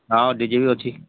ହଁ ଡିଜେ ବି ଅଛି